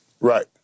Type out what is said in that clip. Right